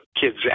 kids